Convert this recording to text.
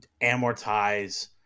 amortize